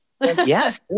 Yes